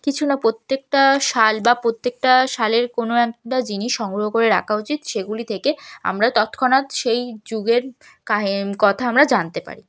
কিছু না প্রত্যেকটা সাল বা প্রত্যেকটা সালের কোনো একটা জিনিস সংগ্রহ করে রাখা উচিত সেগুলি থেকে আমরা তৎক্ষণাৎ সেই যুগের কাহি কথা আমরা জানতে পারি